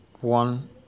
one